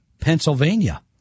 Pennsylvania